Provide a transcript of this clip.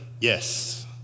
yes